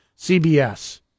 cbs